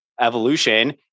evolution